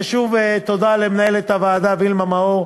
ושוב תודה למנהלת הוועדה וילמה מאור,